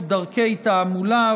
הבחירות (דרכי תעמולה).